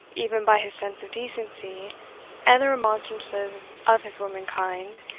even by his sense of decency and the remonstrances of his womankind,